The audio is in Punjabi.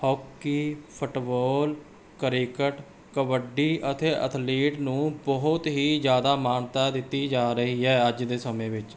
ਹੋਕੀ ਫੁੱਟਬੋਲ ਕ੍ਰਿਕਟ ਕਬੱਡੀ ਅਤੇ ਐਥਲੀਟ ਨੂੰ ਬਹੁਤ ਹੀ ਜ਼ਿਆਦਾ ਮਾਨਤਾ ਦਿੱਤੀ ਜਾ ਰਹੀ ਹੈ ਅੱਜ ਦੇ ਸਮੇਂ ਵਿੱਚ